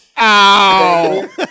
Ow